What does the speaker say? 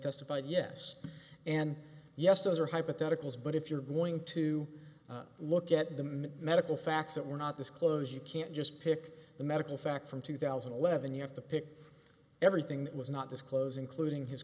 testified yes and yes those are hypotheticals but if you're going to look at the medical facts that were not this close you can't just pick the medical fact from two thousand and eleven you have to pick everything that was not disclose including his